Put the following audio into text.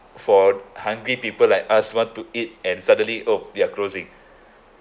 for hungry people like us want to eat and suddenly oh they're closing